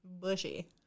Bushy